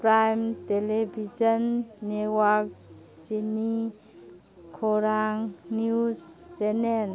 prime television ꯅꯦꯋꯥꯛ ꯆꯤꯅꯤ ꯈꯣꯔꯥꯡ ꯅꯤꯎꯁ ꯆꯦꯅꯦꯟ